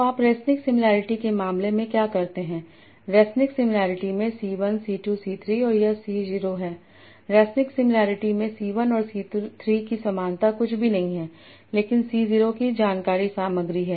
तो आप Resnik similarity के मामले में क्या करते हैं रेसनिक सिमिलॅरिटी में C 1 C 2 C 3 और यह C 0 है रेसनिक सिमिलॅरिटी में C 1 और C3 की समानता कुछ भी नहीं है लेकिन C0 की जानकारी सामग्री है